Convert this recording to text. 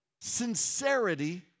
sincerity